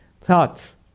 Thoughts